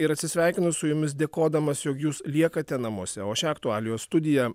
ir atsisveikinu su jumis dėkodamas jog jūs liekate namuose o šią aktualijos studiją